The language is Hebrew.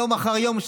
יום אחר יום,